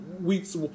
weeks